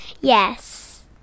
Yes